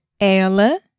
ela